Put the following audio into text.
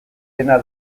dena